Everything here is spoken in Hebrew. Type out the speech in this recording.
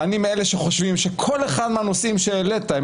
ואני מאלה שחושבים שכל אחד מהנושאים שהעלית הם